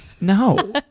No